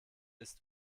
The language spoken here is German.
ist